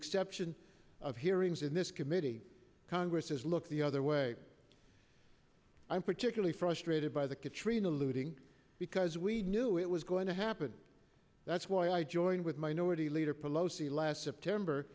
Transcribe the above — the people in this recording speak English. exception of hearings in this committee congress has looked the other way i'm particularly frustrated by the katrina looting because we knew it was going to happen that's why i joined with minority leader pelosi last september